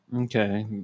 Okay